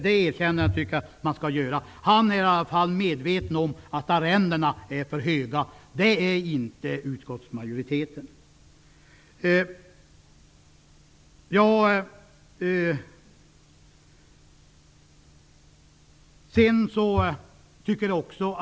Det erkännandet skall göras. Karl Erik Olsson är i alla fall medveten om att arrendena är för höga, till skillnad från utskottsmajoriteten.